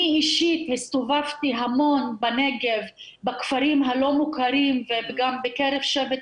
אני אישית הסתובבתי המון בנגב בכפרים הלא מוכרים וגם בקרב שבט